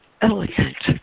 elegant